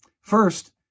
First